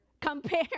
Compare